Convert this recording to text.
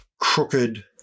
crooked